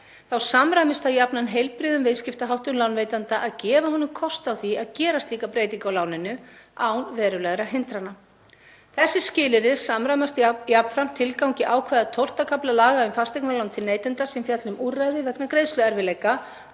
þá samræmist það jafnan heilbrigðum viðskiptaháttum lánveitanda að gefa honum kost á því að gera slíka breytingu á láninu án verulegra hindrana. Þessi skilyrði samræmast jafnframt tilgangi ákvæða XII. kafla laga um fasteignalán til neytenda sem fjalla um úrræði vegna greiðsluerfiðleika